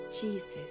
Jesus